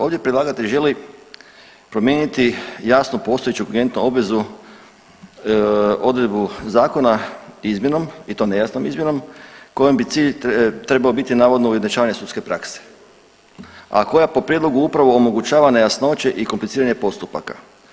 Ovdje predlagatelj želi promijeniti jasno postojeću klijentnu obvezu, odredbu zakona izmjenom i to nejasnom izmjenom kojom bi cilj trebao biti navodno ujednačavanje sudske prakse, a koja po prijedlogu upravo omogućava nejasnoće i kompliciranje postupaka.